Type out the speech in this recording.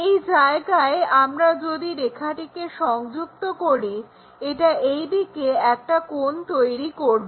এই জায়গায় যদি আমরা রেখাটিকে সংযুক্ত করি এটা এই দিকে একটা কোণ তৈরি করবে